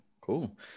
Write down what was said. cool